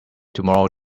tomorrow